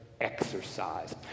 exercise